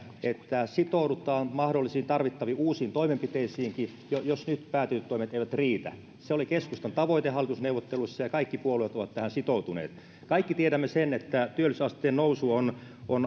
että sitoudutaan mahdollisiin tarvittaviin uusiin toimenpiteisiinkin jos nyt päätetyt toimet eivät riitä se oli keskustan tavoite hallitusneuvotteluissa ja kaikki puolueet ovat tähän sitoutuneet kaikki tiedämme että työllisyysasteen nousu on